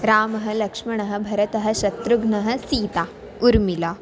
रामः लक्ष्मणः भरतः शत्रुघ्नः सीता ऊर्मिला